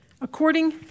according